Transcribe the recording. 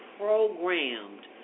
programmed